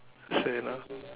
sane ah